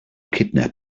kidnap